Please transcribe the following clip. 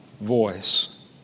voice